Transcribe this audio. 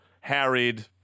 harried